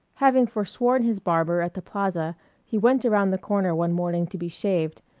having forsworn his barber at the plaza he went around the corner one morning to be shaved,